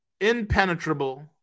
impenetrable